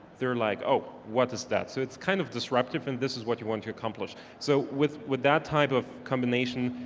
they're like oh, what is that? so it's kind of disruptive and this is what you want to accomplish. so with with that type of combination,